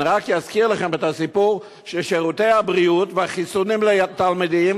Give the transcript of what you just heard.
אני רק אזכיר לכם את הסיפור ששירותי הבריאות והחיסונים לתלמידים,